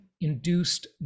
induced